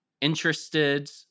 interested